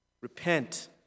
Repent